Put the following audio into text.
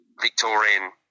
Victorian